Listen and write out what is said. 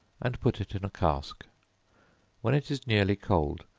and put it in a cask when it is nearly cold,